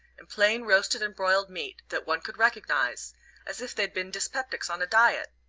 and plain roasted and broiled meat that one could recognize as if they'd been dyspeptics on a diet!